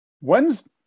When's